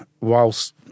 whilst